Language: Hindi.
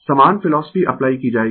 समान फिलोसफी अप्लाई की जायेगी